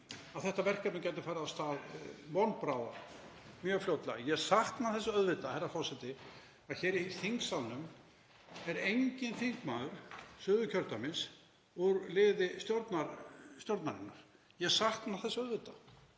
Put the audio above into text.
að þetta verkefni gæti farið af stað von bráðar, mjög fljótlega. Ég sakna þess auðvitað, herra forseti, að hér í þingsalnum sé enginn þingmaður Suðurkjördæmis úr liði stjórnarinnar. Ég sakna þess auðvitað